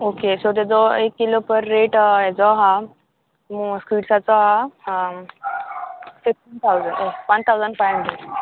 okay so तेजो एक kilo पर रेट हेजो आहा स्किड्साचो आहा fifteen thousand one thousand five hundred